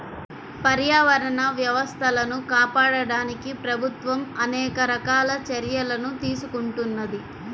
పర్యావరణ వ్యవస్థలను కాపాడడానికి ప్రభుత్వం అనేక రకాల చర్యలను తీసుకుంటున్నది